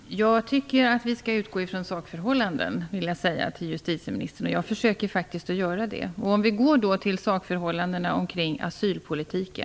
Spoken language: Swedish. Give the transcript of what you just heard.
Fru talman! Jag tycker att vi skall utgå från sakförhållanden omkring asylpolitiken, och det försöker jag faktiskt att göra.